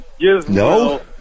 No